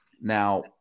Now